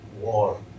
war